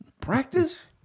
Practice